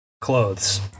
clothes